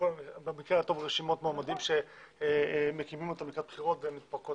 במקרה הטוב יש רשימות מועמדים שמקימים לקראת בחירות והן מתפרקות